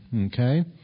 okay